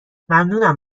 ممنونم